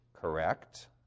correct